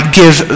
give